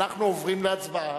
אנחנו עוברים להצבעה.